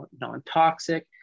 non-toxic